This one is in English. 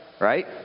right